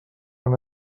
han